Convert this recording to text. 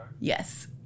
Yes